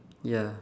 ya